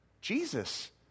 Jesus